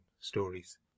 stories